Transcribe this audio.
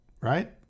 Right